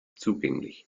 zugänglich